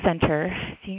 center